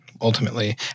Ultimately